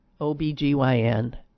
OBGYN